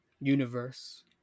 universe